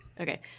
Okay